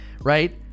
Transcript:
right